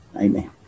amen